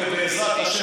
ובעזרת השם,